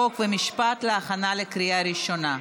חוק ומשפט להכנה לקריאה ראשונה.